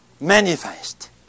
manifest